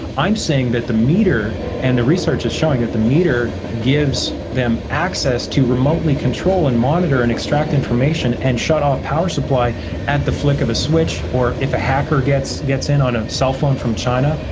i'm saying that the meter, and the research is showing that the meter gives them access to remotely control, and monitor, and extract information, and shut off power supply at the flick of a switch, or if a hacker gets gets in on a cellphone from china,